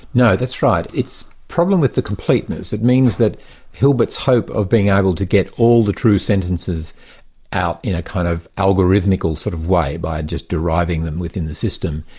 no, that's right. it's a problem with the completeness, it means that hilbert's hope of being able to get all the true sentences out in a kind of algorithmical sort of way by just deriving them within the system,